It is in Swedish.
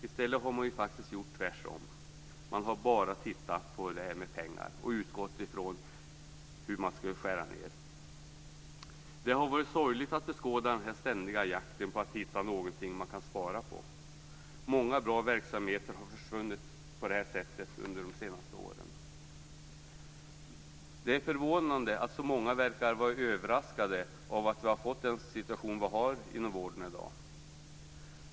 I stället har man faktiskt gjort tvärtom. Man har bara tittat på det här med pengar och utgått från hur man skulle skära ned. Det har varit sorgligt att beskåda den ständiga jakten efter någonting man kan spara på. Många bra verksamheter har försvunnit på det här sättet under de senaste åren. Det är förvånande att så många verkar vara överraskade av att vi har fått den situation vi har inom vården i dag.